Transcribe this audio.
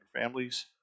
families